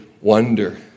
wonder